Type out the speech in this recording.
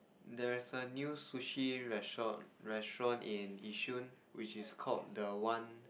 there is a new sushi restaurant restaurant in Yishun which is called the one